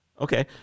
Okay